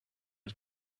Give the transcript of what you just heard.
not